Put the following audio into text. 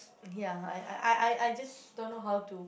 ya I I I I just don't know how to